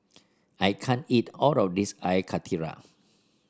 I can't eat all of this Air Karthira